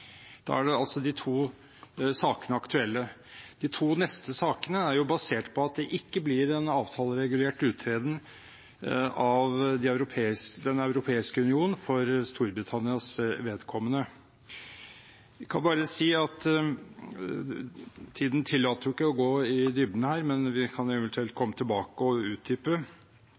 da er altså disse to sakene aktuelle. De to neste sakene er basert på at det ikke blir en avtaleregulert uttreden av Den europeiske union for Storbritannias vedkommende. Tiden tillater ikke å gå i dybden her, men vi kan eventuelt komme tilbake og utdype.